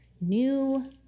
new